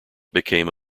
became